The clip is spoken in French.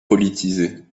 politisé